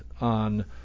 on